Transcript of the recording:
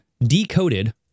Decoded